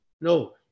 No